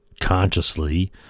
consciously